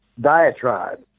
diatribe